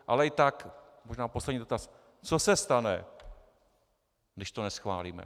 Ale i tak, možná poslední dotaz: Co se stane, když to neschválíme?